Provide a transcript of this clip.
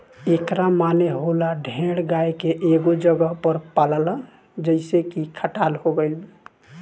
एकरा माने होला ढेर गाय के एगो जगह पर पलाल जइसे की खटाल हो गइल